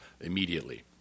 immediately